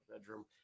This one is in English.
bedroom